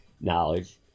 knowledge